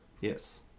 Yes